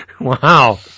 Wow